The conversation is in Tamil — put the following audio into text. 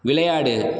விளையாடு